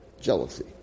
jealousy